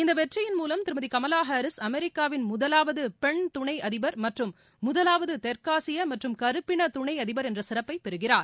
இந்த வெற்றியின் மூலம் திருமதி கமலா ஹாரிஸ் அமெரிக்காவின் முதலாவது பென் துணை அதிபர் மற்றும் முதலாவது தெற்காசிய மற்றும் கருப்பின துணை அதிபர் என்ற சிறப்பை பெறுகிறார்